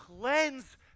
cleanse